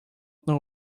know